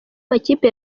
makipe